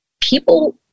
people